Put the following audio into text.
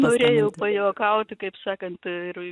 norėjau pajuokauti kaip sakant ir